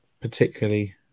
particularly